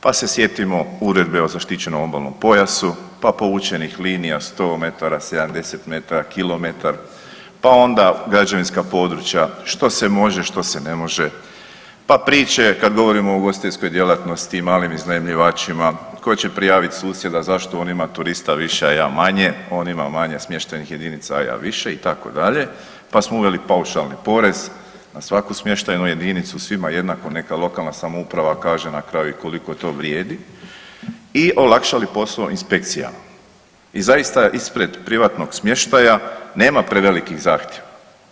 Pa se sjetimo Uredbe o zaštićenom obalnom pojasu, pa povučenih linija 100 metara, 70 metara, kilometar, pa onda građevinska područja što se može što se ne može, pa priče kada govorimo o gospodarskoj djelatnosti i malim iznajmljivačima koje će prijavit susjeda zašto on ima turista više a ja manje, on ima manje smještajnih jedinica a ja više itd., pa smo uveli paušalni porez na svaku smještajnu jedinicu svima jednako neka lokalna samouprava kaže na kraju koliko to vrijedi i olakšali posao inspekcijama i zaista ispred privatnog smještaja nema prevelikih zahtjeva.